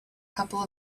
couple